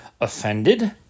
offended